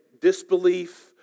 disbelief